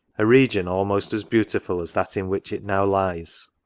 a region almost as beautiful as that in which it now lies!